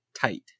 tight